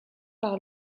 par